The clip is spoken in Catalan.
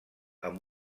amb